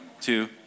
two